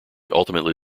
ultimately